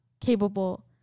capable